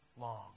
long